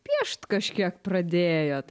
piešt kažkiek pradėjot